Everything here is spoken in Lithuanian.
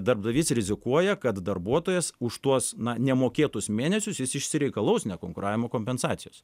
darbdavys rizikuoja kad darbuotojas už tuos na nemokėtus mėnesius jis išsireikalaus nekonkuravimo kompensacijos